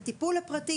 לטיפול הפרטי,